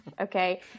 Okay